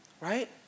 right